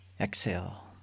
Exhale